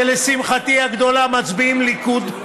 שלשמחתי הגדולה מצביעים ליכוד,